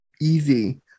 easy